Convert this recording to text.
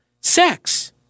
sex